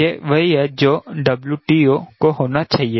यह वही है जो 𝑊TO को होना चाहिए